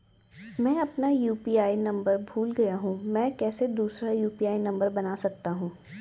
मैं अपना UPI number भूल गया हूँ मैं कैसे दूसरा यु.पी.आई नम्बर बना सकता हूँ?